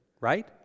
Right